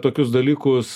tokius dalykus